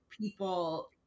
people